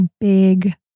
big